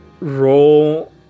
roll